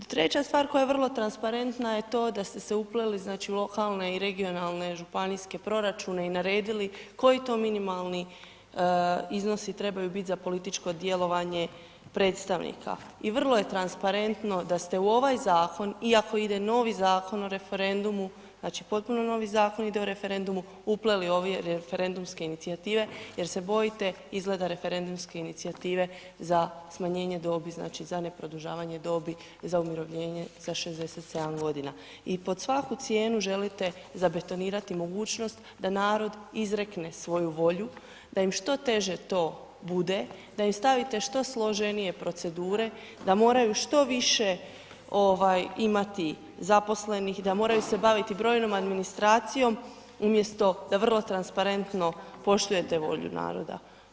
Treća stvar koja je vrlo transparentna je to da ste se upleli znači u lokalne i regionalne, županijske proračune i naredili koji to minimalni iznosi trebaju biti za političko djelovanje predstavnika i vrlo je transparentno da ste u ovaj zakon iako ide novi Zakon o referendumu, znači potpuno novi zakon ide o referendumu, upleli ove referendumske inicijative jer se bojite izgleda referendumske inicijative za smanjenje dobi, znači za ne produžavanje dobi za umirovljenje sa 67 g. I pod svaku cijenu želite zabetonirati mogućnost da narod izrekne svoju volju, da im što teže to bude, da im stavite što složenije procedure, da moraju što više imati zaposlenih, da moraju se baviti brojnom administracijom umjesto da vrlo transparentno poštujete volju naroda.